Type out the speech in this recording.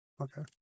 Okay